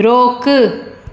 रोकु